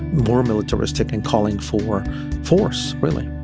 more militaristic, and calling for force, really